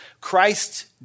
Christ